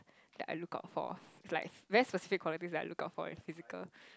that I look out for like very specific qualities that I look out for in physical